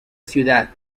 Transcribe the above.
ciudad